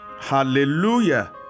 Hallelujah